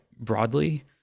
broadly